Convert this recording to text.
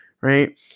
right